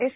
S